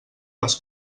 les